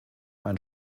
ein